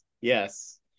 Yes